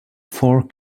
four